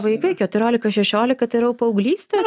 vaikai keturiolika šešiolika tai yra paauglystė